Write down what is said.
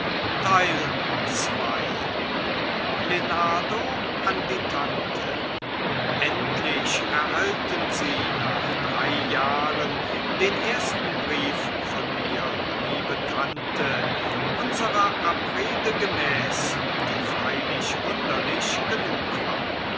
endlich erhalten sie nach drei jahren den ersten brief von mir liebe tante unserer abrede gemäß die freilich wunderlich genug war